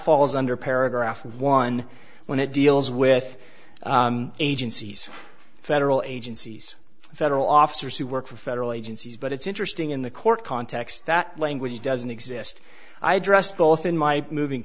falls under paragraph one when it deals with agencies federal agencies federal officers who work for federal agencies but it's interesting in the court context that language doesn't exist i addressed both in my moving